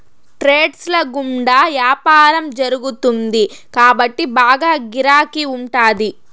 trades ల గుండా యాపారం జరుగుతుంది కాబట్టి బాగా గిరాకీ ఉంటాది